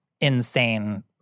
insane